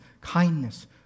kindness